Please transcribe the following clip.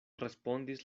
respondis